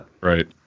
right